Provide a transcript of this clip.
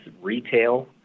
retail